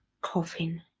Coffin